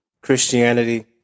Christianity